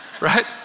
Right